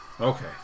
Okay